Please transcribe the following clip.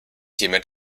hiermit